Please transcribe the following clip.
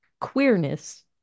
queerness